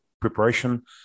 preparation